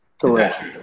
Correct